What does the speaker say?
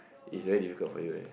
is very difficult for you